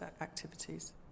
activities